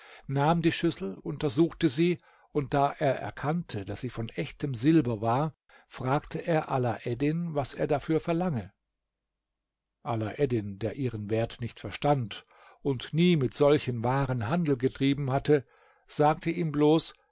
nahm die schüssel untersuchte sie und da er erkannte daß sie von echtem silber war fragte er alaeddin was er dafür verlange alaeddin der ihren wert nicht verstand und nie mit solchen waren handel getrieben hatte sagte ihm bloß